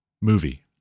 movie